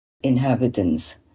inhabitants